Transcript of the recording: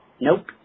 nope